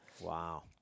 Wow